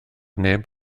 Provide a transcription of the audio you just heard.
neb